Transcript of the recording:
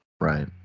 Right